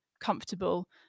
comfortable